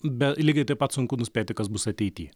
bet lygiai taip pat sunku nuspėti kas bus ateity